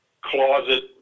closet